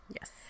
Yes